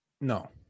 No